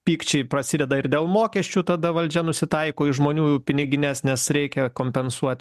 pykčiai prasideda ir dėl mokesčių tada valdžia nusitaiko į žmonių pinigines nes reikia kompensuot